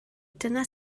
dyna